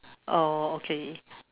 oh okay